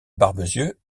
barbezieux